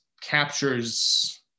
captures